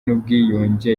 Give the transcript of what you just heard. n’ubwiyunge